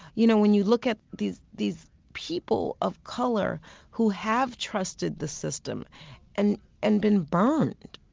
you know when you look at these these people of color who have trusted the system and and been bond